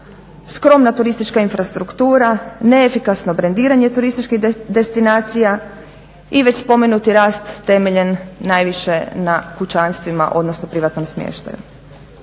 skromna turistička infrastruktura, neefikasno brendiranje turističkih destinacija i već spomenuti rast temeljen najviše na kućanstvima, odnosno privatnom smještaju.